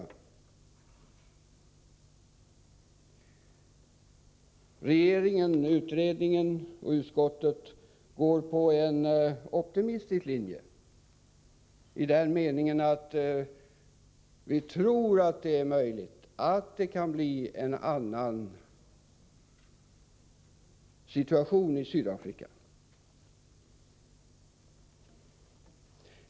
Regeringen, utredningen och utskottet går på en optimistisk linje, i den meningen att vi tror att det kan bli en annan situation i Sydafrika.